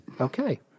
Okay